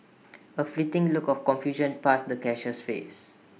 A fleeting look of confusion passed the cashier's face